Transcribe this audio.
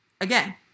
Again